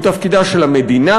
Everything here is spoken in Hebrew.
הוא תפקידה של המדינה,